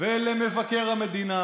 ולמבקר המדינה